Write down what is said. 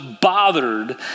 bothered